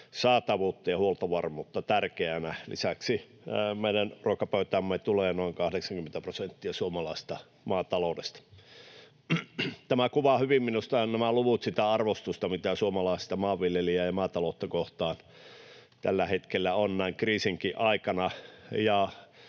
saatavuutta ja huoltovarmuutta tärkeänä. Lisäksi meidän ruokapöytäämme tulee noin 80 prosenttia suomalaisesta maataloudesta. Nämä luvut kuvaavat minusta hyvin sitä arvostusta, mitä suomalaista maanviljelijää ja maataloutta kohtaan tällä hetkellä näin kriisinkin aikana